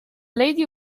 lady